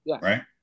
right